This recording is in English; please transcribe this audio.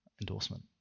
endorsement